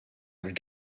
would